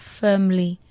firmly